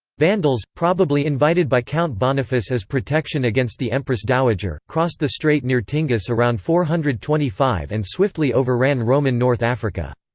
vandals, probably invited by count boniface as protection against the empress dowager, crossed the strait near tingis around four hundred and twenty five and swiftly overran roman north africa.